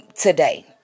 today